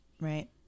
Right